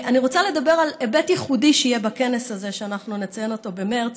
אני רוצה לדבר על היבט ייחודי שיהיה בכנס הזה שאנחנו נקיים במרס.